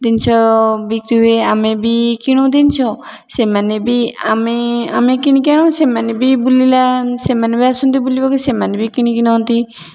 jeans ବିକ୍ରି ହୁଏ ଆମେବି କିଣୁ ଜିନ୍ସ ସେମାନେ ବି ଆମେ କିଣିକି ଆଣୁ ସେମାନେ ବି ବୁଲିଲା ସେମାନେ ବି ଆସନ୍ତି ବୁଲିବାକୁ ସେମାନେ ବି କିଣିକି ନନ୍ତି